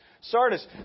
Sardis